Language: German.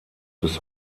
bis